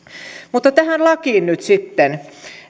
mutta tähän lakiin sitten